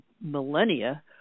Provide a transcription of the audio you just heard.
millennia